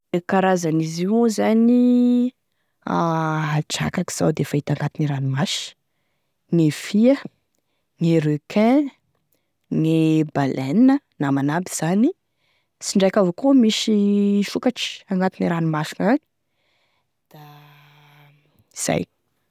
E karazany izy io moa zany, drakaky zany da efa hita agn'anatine ranomasy, gne fia, gne requin, gne baleine namany aby zany, sy indraiky avao koa misy sokatry agnatine ranomasina agny, da izay.